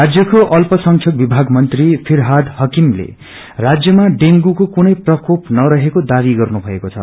राज्यको अल्प संख्यक विभााग मीत्री फिरहाद हाकिमले राज्यमा डेंगूको कुनै प्रकोप नरहेको दावी गर्नुभएको छ